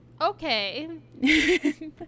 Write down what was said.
Okay